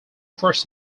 first